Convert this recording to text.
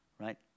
right